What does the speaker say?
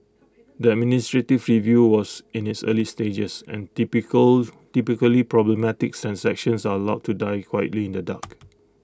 the administrative review was in its early stages and typical typically problematic are allowed to die quietly in the dark